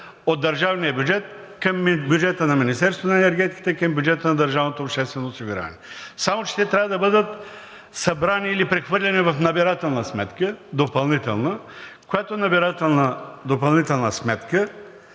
от държавния бюджет към бюджета на Министерството на енергетиката и към бюджета на държавното обществено осигуряване. Само че те трябва да бъдат събрани или прехвърлени в набирателна допълнителна сметка, която ще